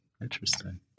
Interesting